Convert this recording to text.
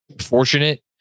fortunate